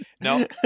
No